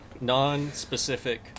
non-specific